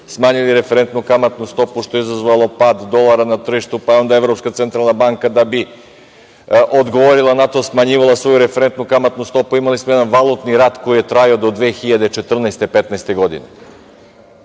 smanjili referentu kamatnu stopu, što je izazvalo pad dolara na tržištu, pa je onda Evropska centralna banka, da bi odgovorila na to, smanjivala svoju referentu kamatnu stopu. Imali smo jedan valutni rat koji je trajao do 2014, 2015. godine.